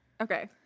Okay